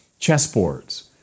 chessboards